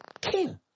king